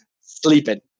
sleeping